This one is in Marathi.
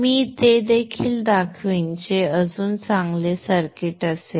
मी ते देखील दाखवीन जे अजून चांगले सर्किट असेल